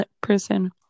person